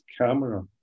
camera